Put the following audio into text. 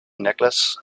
necklace